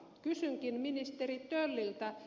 kysynkin ministeri tölliltä